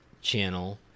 channel